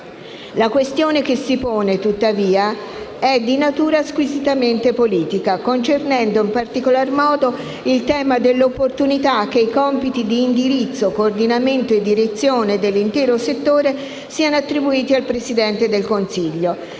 La questione che si pone, tuttavia, è di natura squisitamente politica, concernendo in particolar modo il tema dell'opportunità che i compiti di indirizzo, coordinamento e direzione dell'intero settore siano attribuiti al Presidente del Consiglio.